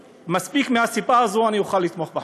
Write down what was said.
ומספיק בגלל הסיבה הזאת אני אוכל לתמוך בחוק.